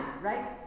right